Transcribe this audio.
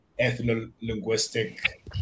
ethno-linguistic